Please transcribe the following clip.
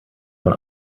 von